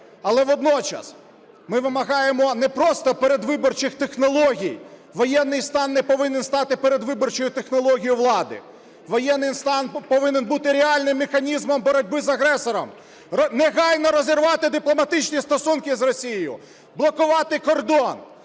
Але водночас ми вимагаємо не просто передвиборчих технологій. Воєнний стан не повинен стати передвиборчою технологією влади. Воєнний стан повинен бути реальним механізмом боротьби з агресором. Негайно розірвати дипломатичні стосунки з Росією! Блокувати кордон!